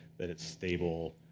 that it's stable,